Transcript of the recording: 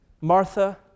Martha